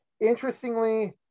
Interestingly